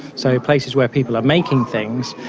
so places where people are making things,